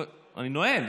אני נועל,